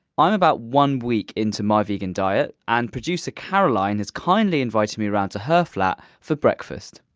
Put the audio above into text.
i'm about one week into my vegan diet and producer caroline has kindly invited me around to her flat for breakfast.